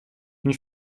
une